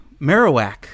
Marowak